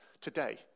today